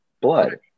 blood